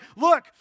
look